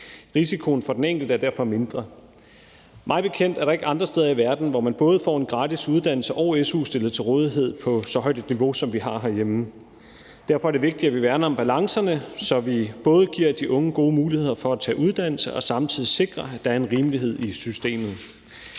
Risikoen for den enkelte er derfor mindre. Mig bekendt er der ikke andre steder i verden, hvor man både får en gratis uddannelse og su stillet til rådighed på så højt et niveau, som vi har herhjemme. Derfor er det vigtigt, at vi værner om balancerne, så vi både giver de unge gode muligheder for at tage uddannelse og samtidig sikrer, at der er en rimelighed i systemet.